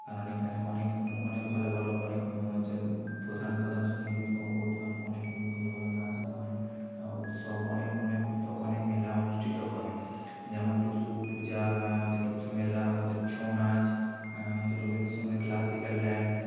কারণ এখানে অনেক অনেক ভালো ভালো অনেক যেমন হচ্ছে প্রধান প্রধান সঙ্গীত ও অনেক ভালো ভালো নাচ গান উৎসব অনেক অনেক উৎসব অনেক মেলা অনুষ্ঠিত হয় যেমন টুসু পূজা হচ্ছে হচ্ছে টুসু মেলা হচ্ছে ছৌনাচ হচ্ছে রবীন্দ্রসঙ্গীত ক্লাসিকাল ডান্স